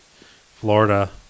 Florida